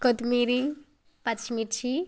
కొత్తిమీరి పచ్చిమిర్చి